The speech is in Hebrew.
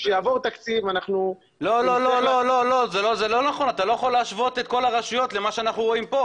אתה לא יכול להשוות את כל הרשויות למה שאנחנו רואים כאן,